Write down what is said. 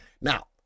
now